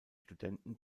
studenten